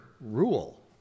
rule